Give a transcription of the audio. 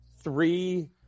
three